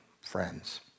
friends